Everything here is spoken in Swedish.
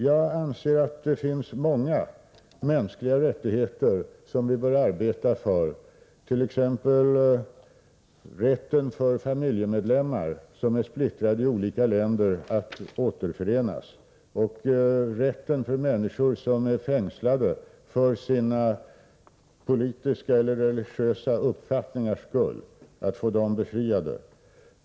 Jag anser att det finns många mänskliga rättigheter som vi bör arbeta för, t.ex. rätten för familjemedlemmar som är splittrade i olika länder att återförenas och rätten för människor som är fängslade för sina politiska eller religiösa uppfattningars skull att bli befriade.